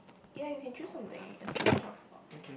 ya you can choose something as we can talk about it